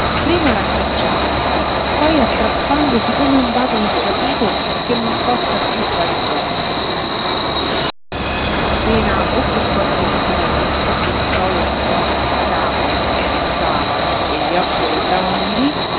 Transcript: prima raccorciandosi poi attrappandosi come un baco infratito che non possa piú fare il bozzolo appena o per qualche rumore o per un crollo piú forte del capo si ridestava e gli occhi gli andavano lí